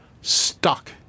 stuck